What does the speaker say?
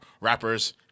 rappers